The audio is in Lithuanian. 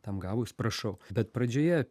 tam gabūs prašau bet pradžioje